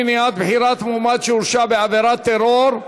מניעת בחירת מועמד שהורשע בעבירת טרור),